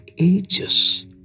ages